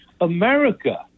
America